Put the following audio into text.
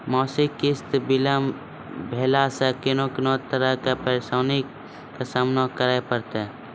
मासिक किस्त बिलम्ब भेलासॅ कून कून तरहक परेशानीक सामना करे परतै?